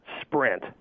Sprint